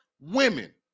women